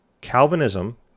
Calvinism